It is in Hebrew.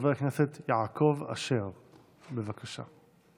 חבר הכנסת יעקב אשר, בבקשה.